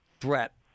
threat